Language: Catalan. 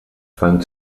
fan